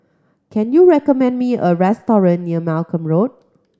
can you recommend me a restaurant near Malcolm Road